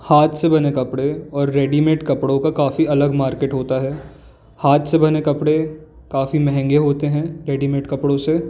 हाथ से बने कपड़े और रेडीमेड कपड़ों का काफ़ी अलग मार्केट होता है हाथ से बने कपड़े काफ़ी महँगे होते हैं रेडीमेड कपड़ों से